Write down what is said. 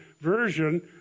version